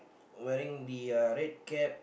wearing the a red cap